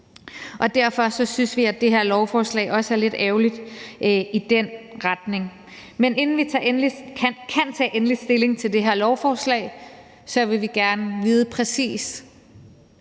Derfor synes vi, at det her lovforslag også er lidt ærgerligt i den retning. Så inden vi kan tage endelig stilling til det her lovforslag, vil vi gerne vide, præcis